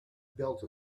built